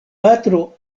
patro